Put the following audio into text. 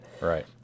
Right